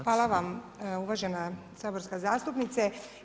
Hvala vam uvažena saborska zastupnice.